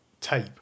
tape